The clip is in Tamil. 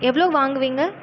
எவ்வளோ வாங்குவீங்க